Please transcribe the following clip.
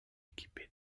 équipée